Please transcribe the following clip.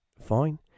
fine